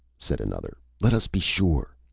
said another. let us be sure!